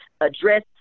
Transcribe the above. address